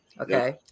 okay